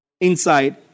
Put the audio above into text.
inside